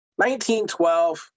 1912